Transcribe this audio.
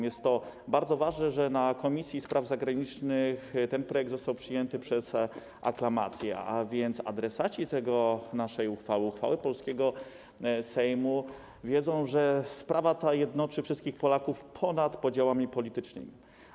Jest to bardzo ważne, że w Komisji Spraw Zagranicznych ten projekt został przyjęty przez aklamację, a więc adresaci naszej uchwały, uchwały polskiego Sejmu, wiedzą, że sprawa ta jednoczy wszystkich Polaków ponad podziałami politycznymi.